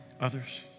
Others